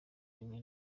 rimwe